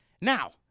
Now